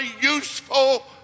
useful